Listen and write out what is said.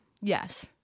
Yes